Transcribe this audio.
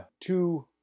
two